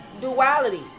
duality